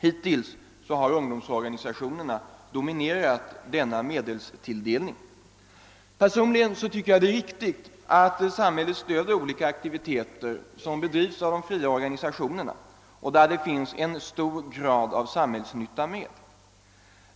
Hittills har ungdomsorganisationerna dominerat denna medelstilldelning. Personligen tycker jag det är riktigt att samhället stöder olika aktiviteter av de fria organisationerna, om aktiviteterna är förenade med en hög grad av samhällsnytta.